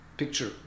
Picture